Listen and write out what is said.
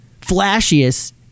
flashiest